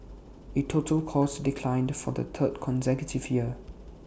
IT total costs declined for the third consecutive year